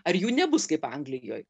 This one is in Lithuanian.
ar jų nebus kaip anglijoj